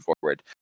forward